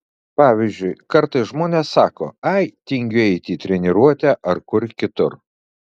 pavyzdžiui kartais žmonės sako ai tingiu eiti į treniruotę ar kur kitur